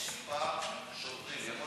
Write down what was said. אני אמרתי שיש כמה שוטרים.